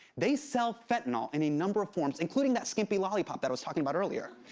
they sell fentanyl in a number of forms, including that skimpy lollipop that i was talking about earlier.